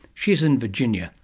she is in virginia,